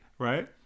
right